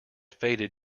faded